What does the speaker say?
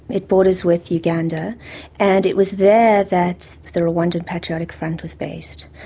it borders with uganda and it was there that the rwandan patriotic front was based.